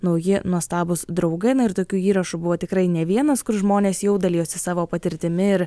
nauji nuostabūs draugai na ir tokių įrašų buvo tikrai ne vienas kur žmonės jau dalijosi savo patirtimi ir